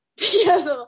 Yes